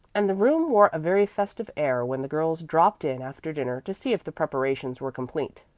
and the room wore a very festive air when the girls dropped in after dinner to see if the preparations were complete.